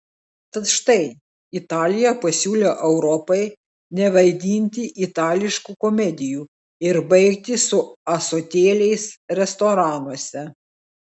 tad štai italija pasiūlė europai nevaidinti itališkų komedijų ir baigti su ąsotėliais restoranuose